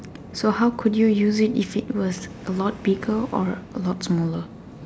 so how could you use it if it was a lot bigger or a lot smaller